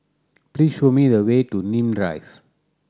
please show me the way to Nim Drive